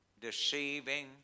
deceiving